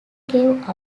gave